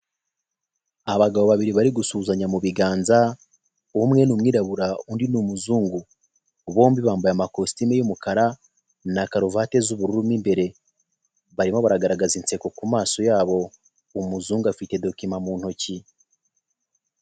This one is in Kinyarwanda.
Abagabo babiri bari gusuhuzanya mu biganza, ubumwe ni umwirabura, undi ni umuzungu, bombi bambaye amakositimu y'umukara na karuvati z'ubururu mo imbere, barimo baragaragaza inseko ku maso yabo, umuzungu afite dokima mu ntoki.